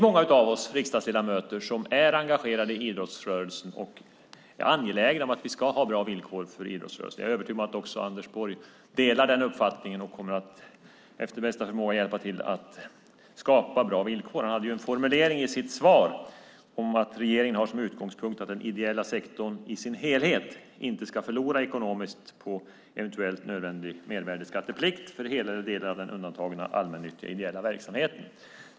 Många av oss riksdagsledamöter är engagerade i idrottsrörelsen och angelägna om att vi ska ha bra villkor för idrottsrörelsen. Jag är övertygad om att också Anders Borg delar den uppfattningen och efter bästa förmåga kommer att hjälpa till att skapa bra villkor. Han hade en formulering i sitt svar om att regeringen har som utgångspunkt att den ideella sektorn i sin helhet inte ska förlora ekonomiskt på en eventuellt nödvändig mervärdesskatteplikt för hela eller delar av den undantagna allmännyttiga ideella verksamheten.